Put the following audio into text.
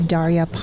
Daria